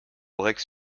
aurec